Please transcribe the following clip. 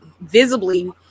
visibly